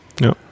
Ja